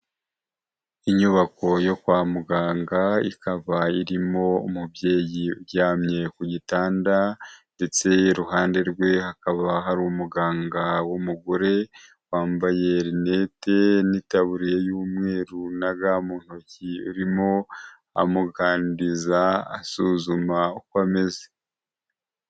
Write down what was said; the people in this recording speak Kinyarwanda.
Inyubako yo kwa muganga, ikaba irimo umubyeyi uryamye ku gitanda, ndetse iruhande rwe, hakaba hari umuganga w'umugore, wambaye rinete n'itaburiya y'umweru, na ga muntoki. Arimo amuganiriza, asuzuma uko ameze.